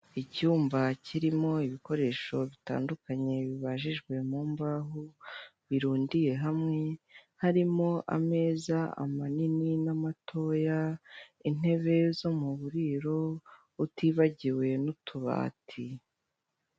Icyumba kirimo ibikoresho bitandukanye bibajijwe mumbaho birundiye hamwe, harimo ameza amanini n'amatoya intebe zo muburiro utibagiwe n'utubati.